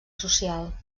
social